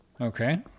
Okay